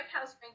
House